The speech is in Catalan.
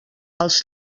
els